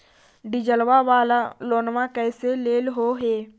डीजलवा वाला लोनवा कैसे लेलहो हे?